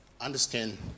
understand